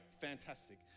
Fantastic